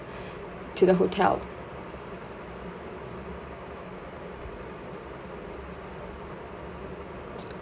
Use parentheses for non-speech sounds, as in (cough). (breath) to the hotel